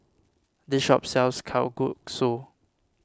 this shop sells Kalguksu